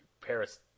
Paris